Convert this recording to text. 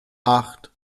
acht